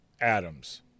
Adams